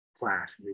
class